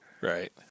Right